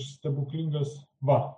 stebuklingas va